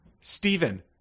Stephen